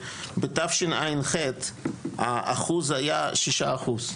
בתשע"ח האחוז היה שישה אחוז.